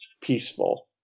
peaceful